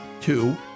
Two